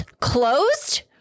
closed